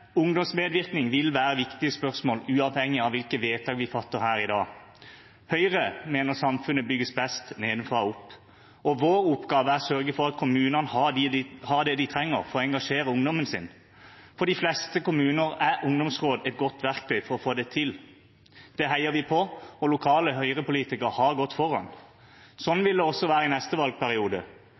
Ungdomsmedvirkning vil være et viktig spørsmål, uavhengig av hvilke vedtak vi fatter her i dag. Høyre mener samfunnet bygges best nedenfra og opp, og vår oppgave er å sørge for at kommunene har det de trenger for å engasjere ungdom. For de fleste kommuner er ungdomsråd et godt verktøy for å få det til. Det heier vi på, og lokale Høyre-politikere har gått foran. Sånn vil det også være i neste valgperiode.